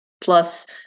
plus